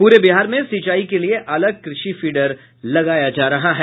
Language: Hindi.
पूरे बिहार में सिंचाई के लिए अलग कृषि फीडर लगाया जा रहा है